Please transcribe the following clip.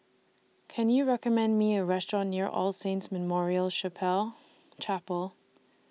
Can YOU recommend Me A Restaurant near All Saints Memorial Chapel